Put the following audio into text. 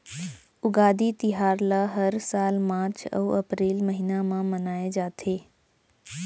उगादी तिहार ल हर साल मार्च अउ अपरेल महिना म मनाए जाथे